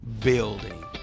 building